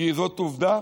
כי זאת עובדה,